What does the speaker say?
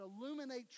illuminate